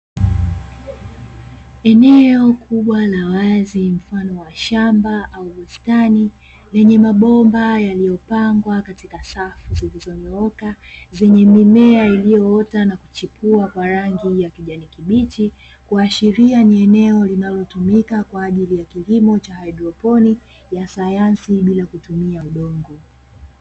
Eneo kubwa la wazi mfano wa shamba au bustani lenye mabomba yaliyopangwa katika safu zilizonyoroka zenye mimea iliyoota na kuchipua barangi ya kijani kibichi kuashiria ni eneo linalotumika kwa ajili ya kilimo cha hydroponi ya sayansi bila kutumia udongo.